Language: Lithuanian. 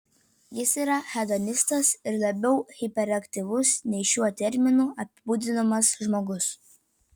jis yra hedonistas ir labiau hiperaktyvus nei šiuo terminu apibūdinamas žmogus